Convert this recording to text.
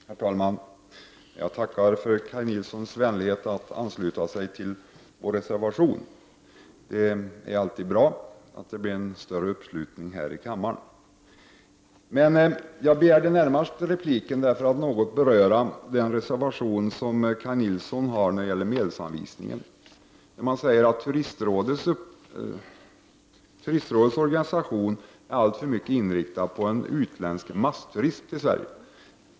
Herr talman! Jag tackar för Kaj Nilssons vänlighet att ansluta sig till vår reservation. Det är alltid bra att det blir en större uppslutning här i kammaren. Jag begärde närmast replik för att något beröra den reservation som Kaj Nilsson har avgivit angående medelsanvisningen. I den sägs att turistrådets organisation allt för mycket är inriktad på att utveckla en utländsk massturism i Sverige.